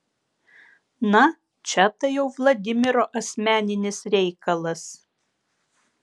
na čia tai jau vladimiro asmeninis reikalas